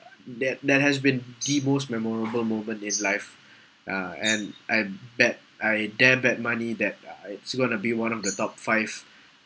that that has been the most memorable moment in life uh and and bet I dare bet money uh it it's going to be one of the top five